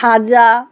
খাজা